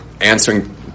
answering